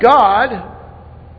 God